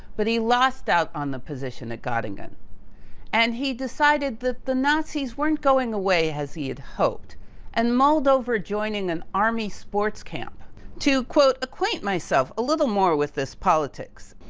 but he lost out on the position at gottingen and he decided that the nazis weren't going away as he had hoped and mulled over joining an army sports camp to, acquaint myself a little more with this politics.